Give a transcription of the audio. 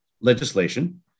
legislation